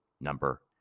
number